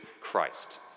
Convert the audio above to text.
Christ